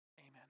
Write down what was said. amen